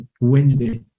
Wednesday